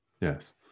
yes